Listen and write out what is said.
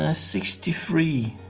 ah sixty three.